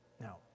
Now